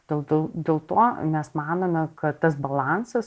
tau tau dėl to mes manome kad tas balansas